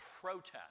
protest